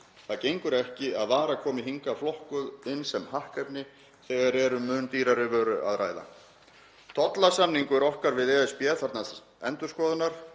Það gengur ekki að vara komi hingað flokkuð inn sem hakkefni þegar um mun dýrari vöru er að ræða. Tollasamningur okkar við ESB þarfnast endurskoðunar